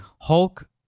Hulk